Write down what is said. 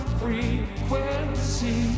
frequency